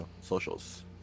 socials